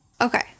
Okay